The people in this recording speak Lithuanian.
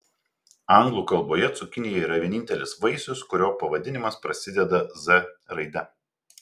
anglų kalboje cukinija yra vienintelis vaisius kurio pavadinimas prasideda z raide